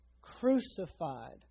Crucified